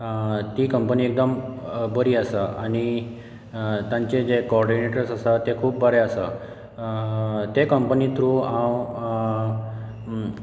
ती कंपनी एकदम बरी आसा आनी तांचे जे कोडिनेटर्स आसा ते खूब बरे आसात ते कंपनी थ्रू हांव